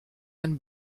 einen